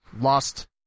lost